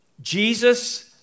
Jesus